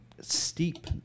Steep